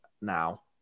now